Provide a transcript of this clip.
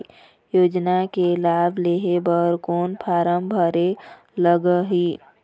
योजना के लाभ लेहे बर कोन फार्म भरे लगही?